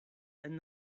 and